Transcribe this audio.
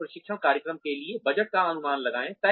और प्रशिक्षण कार्यक्रम के लिए बजट का अनुमान लगाएँ